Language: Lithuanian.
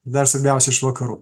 dar svarbiausia iš vakarų